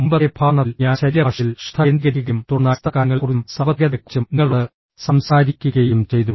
മുമ്പത്തെ പ്രഭാഷണത്തിൽ ഞാൻ ശരീരഭാഷയിൽ ശ്രദ്ധ കേന്ദ്രീകരിക്കുകയും തുടർന്ന് അടിസ്ഥാനകാര്യങ്ങളെക്കുറിച്ചും സാർവത്രികതയെക്കുറിച്ചും നിങ്ങളോട് സംസാരിക്കുകയും ചെയ്തു